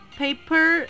paper